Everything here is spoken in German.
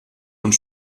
und